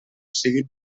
siguin